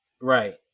Right